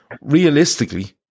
realistically